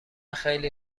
خیلی